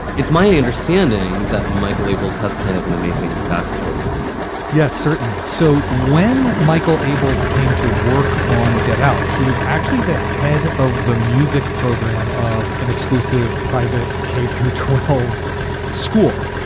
it's my understanding that michael abels has kind of an amazing back story yes, certainly so. when michael abels came to work on get out, he was actually the head of the music program of an exclusive private k through twelve school.